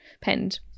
penned